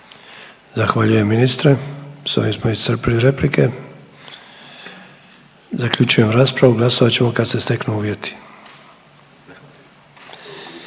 Ante (HDZ)** S ovim smo iscrpili raspravu, zaključujem raspravu, glasovat ćemo kad se steknu uvjeti.